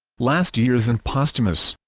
last years and posthumous